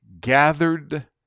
Gathered